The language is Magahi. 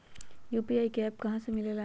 यू.पी.आई का एप्प कहा से मिलेला?